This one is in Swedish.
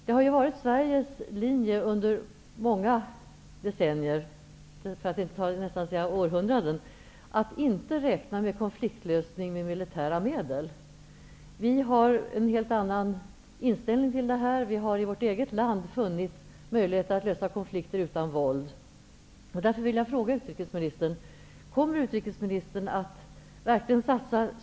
Det har ju varit Sveriges linje under många decennier -- för att inte säga nästan sedan århundraden -- att inte räkna med konfliktlösning med militära medel, utan vi har en helt annan inställning. Vi har i vårt eget land funnit möjligheter att lösa konflikter utan våld. Sverige?